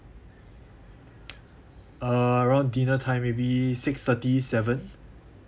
uh around dinner time maybe six thirty seven